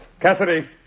Cassidy